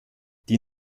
die